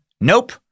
Nope